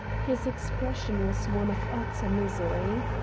his expression was one of utter misery.